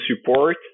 support